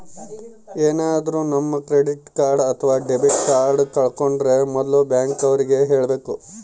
ಏನಾದ್ರೂ ನಮ್ credit card ಅಥವಾ ಡೆಬಿಟ್ ಕಾರ್ಡ್ ಕಳ್ಕೊಂಡ್ರೆ ಮೊದ್ಲು ಬ್ಯಾಂಕ್ ಅವ್ರಿಗೆ ಹೇಳ್ಬೇಕು